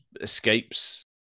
escapes